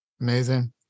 Amazing